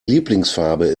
lieblingsfarbe